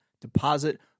deposit